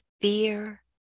fear